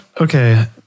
Okay